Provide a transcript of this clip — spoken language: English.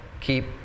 keep